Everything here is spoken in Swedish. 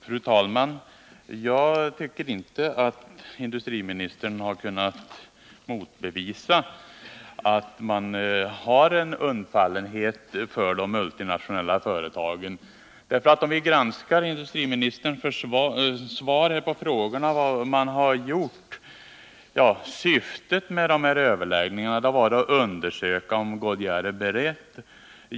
Fru talman! Jag tycker inte att industriministern har kunnat motbevisa att man har en undfallenhet för de multinationella företagen. Låt oss granska industriministerns svar på frågorna om vad man har gjort. ka om Goodyear är Syftet med överläggningarna har varit att unders berett att göra något.